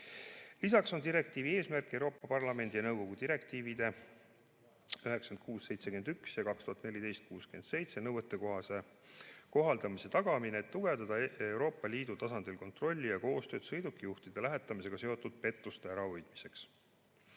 Lisaks on direktiivi eesmärk Euroopa Parlamendi ja nõukogu direktiivide 96/71 ja 2014/67 nõuetekohase kohaldamise tagamine, et tugevdada Euroopa Liidu tasandil kontrolli ja koostööd sõidukijuhtide lähetamisega seotud pettuste ärahoidmiseks.